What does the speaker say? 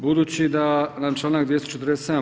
Budući da nam članak 247.